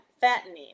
fattening